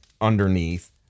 underneath